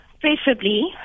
preferably